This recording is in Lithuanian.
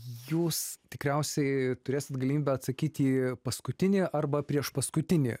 jūs tikriausiai turėsit galimybę atsakyti į paskutinį arba priešpaskutinį